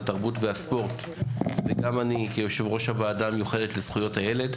התרבות והספורט וגם אני כיושב-ראש הוועדה המיוחדת לזכויות הילד,